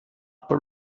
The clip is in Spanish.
por